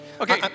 okay